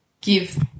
give